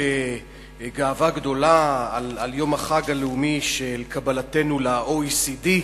בגאווה גדולה על יום החג הלאומי של קבלתנו ל-OECD,